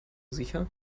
sicher